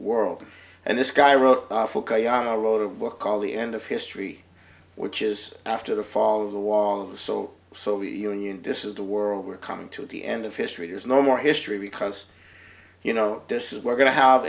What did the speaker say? world and this guy wrote a wrote a book called the end of history which is after the fall of the wall and so soviet union this is the world we're coming to the end of history there's no more history because you know this is we're going to have